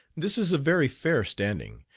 this is a very fair standing,